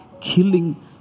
killing